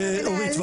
אורית,